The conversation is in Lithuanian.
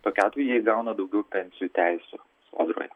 tokiu atveju jie įgauna daugiau pensijų teisių sodroje